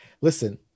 listen